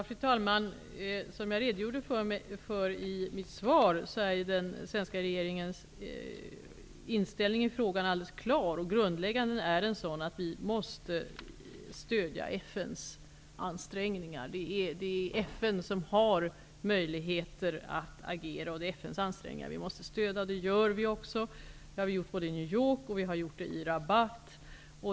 Fru talman! Som jag redogjorde för i mitt svar är ju den svenska regeringens inställning i frågan alldeles klar. Grundläggande är att vi måste stödja FN:s ansträngningar. Det är FN som har möjligheter att agera, och det är FN:s ansträngningar vi måste stödja. Det gör vi också. Det har vi gjort både i New York och Rabat.